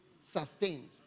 sustained